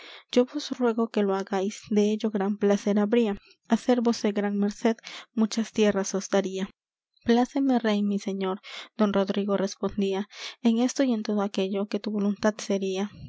yo vos ruego que lo hagáis dello gran placer habría hacervos he gran merced muchas tierras os daría pláceme rey mi señor don rodrigo respondía en esto y en todo aquello que tu voluntad sería